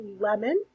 Lemon